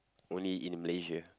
only in Malaysia